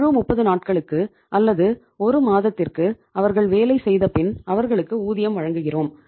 முழு 30 நாட்களுக்கு அல்லது ஒரு மாதத்திற்கு அவர்கள் வேலை செய்த பின் அவர்களுக்கு ஊதியம் வழங்குகிறோம்